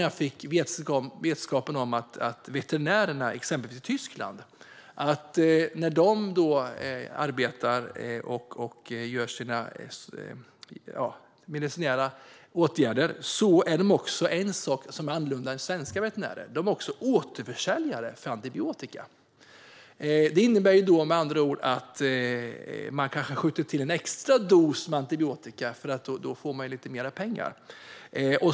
Jag fick vetskap om att veterinärerna i exempelvis Tyskland samtidigt som de vidtar sina medicinska åtgärder också gör en annan sak, som skiljer dem från svenska veterinärer: De är även återförsäljare av antibiotika. Det innebär med andra ord att de kanske skjuter till en extra dos antibiotika för att få lite mer pengar.